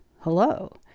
hello